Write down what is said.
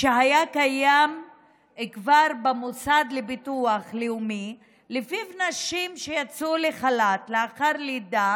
שהיה קיים כבר במוסד לביטוח לאומי ולפיו נשים שיצאו לחל"ת לאחר לידה